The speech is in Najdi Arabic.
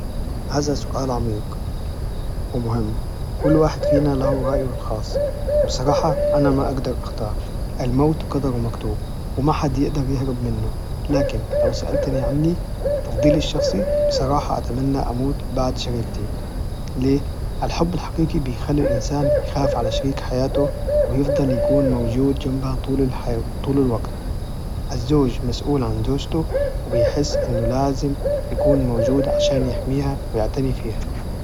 هذا سؤال عميق ومهم، كل واحد فينا له رأيه الخاص بصراحة أنا ما أقدر أختار، الموت قدر مكتوب، وما حد يقدر يهرب منه، لكن لو سألتني عني تفظيلي الشخصي بصراحة أتمنى أموت بعد شريكتي ليه؟ الحب الحقيقي بيخلي الإنسان يخاف على شريك حياته وبيفضل يكون موجود جنبها طول الوقت، الزوج مسؤول عن زوجته وبيحس إنه لازم يكون موجود عشان يحميها ويعتني فيها.